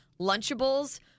Lunchables